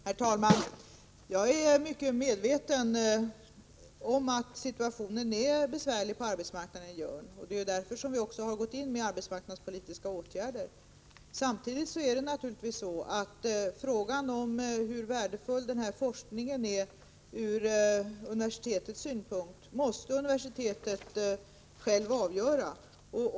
Herr talman! Jag är väl medveten om att situationen på arbetsmarknaden i Jörn är besvärlig. Det är ju därför som vi har vidtagit arbetsmarknadspolitiska åtgärder. Men samtidigt är det naturligtvis så, att frågan om hur värdefull den här forskningen är ur universitetets synpunkt måste avgöras av universitetet självt.